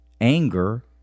anger